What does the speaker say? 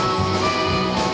oh